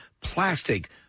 plastic